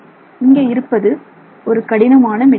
இங்கே இருப்பது ஒரு கடினமான மெட்டீரியல்